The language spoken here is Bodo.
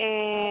ए